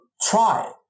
try